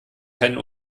keinen